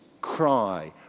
cry